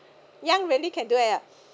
young really do it ah